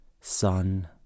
sun